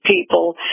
people